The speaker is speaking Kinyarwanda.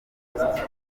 university